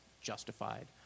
Justified